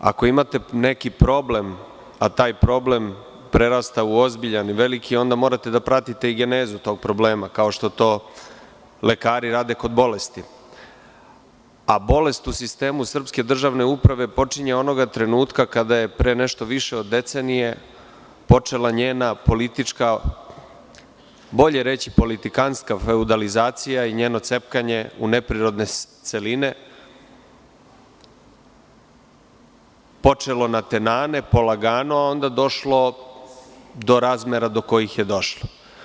Ako imate neki problem, a taj problem prerasta u ozbiljan i veliki, onda morate da pratite i genezu tog problema, kao što to lekari rade kod bolesti, a bolest u sistemu srpske državne uprave počinje onoga trenutka kada je pre nešto više od decenije počela njena politička, bolje reći politikanska feudalizacija i njeno cepkanje u neprirodne celine, počelo natenane, polagano, a onda došlo do razmera do kojih je došlo.